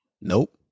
Nope